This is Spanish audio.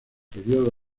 periodo